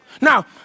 Now